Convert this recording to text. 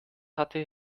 hatte